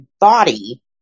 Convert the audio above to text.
body